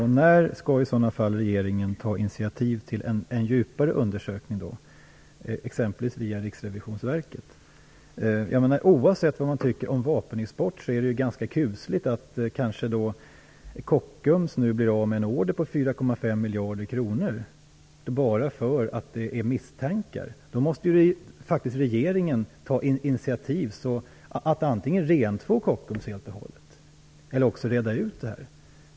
Herr talman! När skall regeringen i så fall ta initiativ till en djupare undersökning, exempelvis via Riksrevisionsverket? Oavsett vad man tycker om vapenexport är det ju ganska kusligt att Kockums nu kanske förlorar en order på 4,5 miljarder kronor bara på grund av misstankar. Då måste faktiskt regeringen ta ett initiativ till att antingen rentvå Kockums helt och hållet eller reda ut detta.